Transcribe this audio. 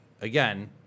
again